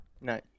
No